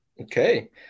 Okay